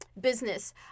business